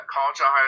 College